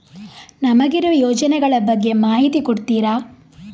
ನಮಗಿರುವ ಯೋಜನೆಗಳ ಬಗ್ಗೆ ಮಾಹಿತಿ ಕೊಡ್ತೀರಾ?